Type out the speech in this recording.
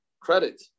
credit